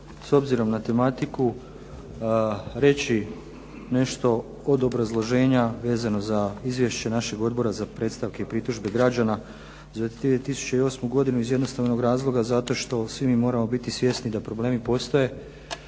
s obzirom na tematiku reći nešto od obrazloženja vezano za Izvješće našeg Odbora za predstavke i pritužbe građana za 2008. godinu iz jednostavnog razloga zato što svi mi moramo biti svjesni da problemi postoje,